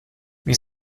wie